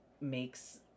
makes